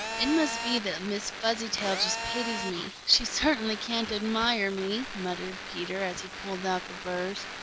it must be that miss fuzzytail just pities me. she certainly can't admire me, muttered peter, as he pulled out the burrs.